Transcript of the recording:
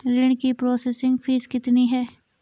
ऋण की processing fees कितनी है?